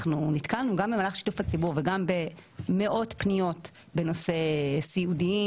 נתקלנו במהלך שיתוף הציבור וגם במאות פניות בנושא סיעודיים,